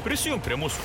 prisijunk prie mūsų